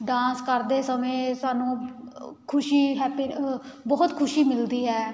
dance ਕਰਦੇ ਸਮੇਂ ਸਾਨੂੰ ਖੁਸ਼ੀ ਹੈਪੀ ਬਹੁਤ ਖੁਸ਼ੀ ਮਿਲਦੀ ਹੈ